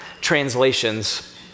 translations